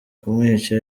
kumwica